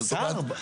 שר.